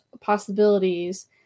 possibilities